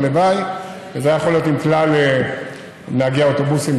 הלוואי שזה היה יכול להיות עם כלל נהגי האוטובוסים,